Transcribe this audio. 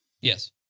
Yes